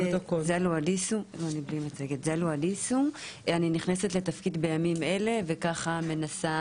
אני נכנסת לתפקיד בימים אלה וככה מנסה